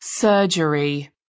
Surgery